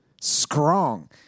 Strong